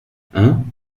hein